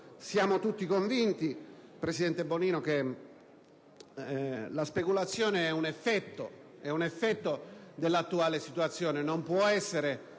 Siamo tutti convinti, presidente Bonino, che la speculazione è un effetto dell'attuale situazione